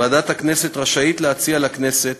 ועדת הכנסת רשאית להציע לכנסת